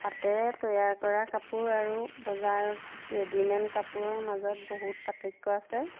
হাতেৰে তৈয়াৰ কৰা কাপোৰ আৰু বজাৰত ৰেডিমেড কাপোৰৰ মাজত বহুত পাৰ্থক্য আছে